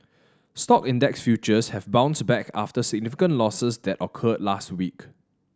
stock index futures have bounced back after significant losses that occurred last week